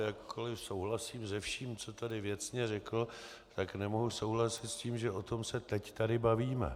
Jakkoliv souhlasím se vším, co tady věcně řekl, tak nemohu souhlasit s tím, že o tom se teď tady bavíme.